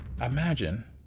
imagine